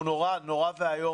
הוא נורא ואיום.